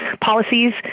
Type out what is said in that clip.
policies